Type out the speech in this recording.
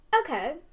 Okay